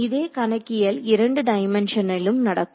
இதே கணக்கியல் இரண்டு டைமென்ஷனிலும் நடக்கும்